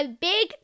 big